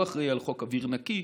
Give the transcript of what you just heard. הוא אחראי על חוק אוויר נקי,